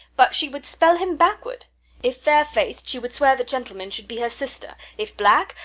but she would spell him backward if fair-fac'd, she would swear the gentleman should be her sister if black,